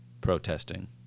protesting